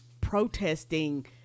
protesting